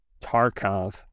Tarkov